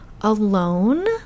alone